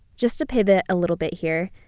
just to pivot a little bit here,